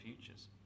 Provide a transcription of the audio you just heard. futures